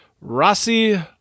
Rossi